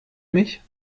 mich